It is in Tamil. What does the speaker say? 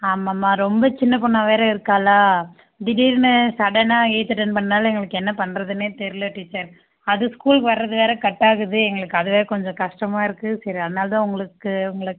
ஆமாம் ஆமாம் ரொம்ப சின்ன பெண்ணா வேறு இருக்காளா திடீர்னு சடனாக ஏஜ் அட்டன் பண்ணதால எங்களுக்கு என்ன பண்றதுனே தெரிலை டீச்சர் அது ஸ்கூலுக்கு வர்றது வேறு கட் ஆகுது எங்களுக்கு அது வேறு கொஞ்சோம் கஷ்டமா இருக்குது சரி அதனால தான் உங்களுக்கு உங்களை